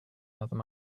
another